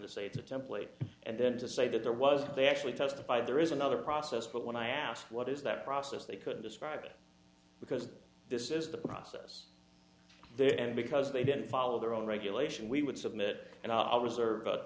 to say it's a template and then to say that there was they actually testified there is another process but when i asked what is that process they could describe it because this is the process there and because they didn't follow their own regulation we would submit and i'll reserve